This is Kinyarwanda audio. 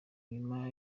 nyuma